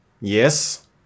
yes